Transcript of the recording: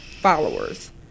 followers